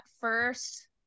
first